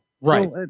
Right